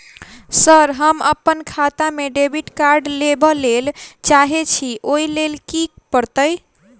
Sir हम अप्पन खाता मे डेबिट कार्ड लेबलेल चाहे छी ओई लेल की परतै?